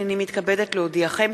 הנני מתכבדת להודיעכם,